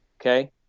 Okay